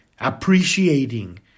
appreciating